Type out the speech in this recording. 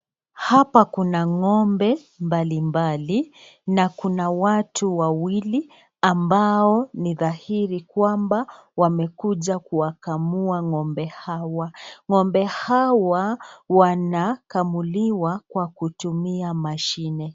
Hapa kuna ng'ombe mbali mbali na kuna watu wawili ambao ni dhahiri kwamba wamekuja kuwakamua ng'ombe hawa.Ng'ombe hawa wanakamuliwa kwa kutumia mashine.